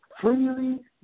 freely